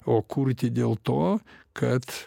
o kurti dėl to kad